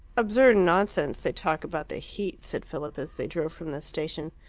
absurd nonsense they talk about the heat, said philip, as they drove from the station.